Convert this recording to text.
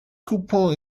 coupon